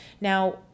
Now